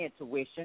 intuition